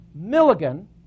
Milligan